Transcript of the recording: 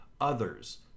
others